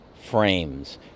frames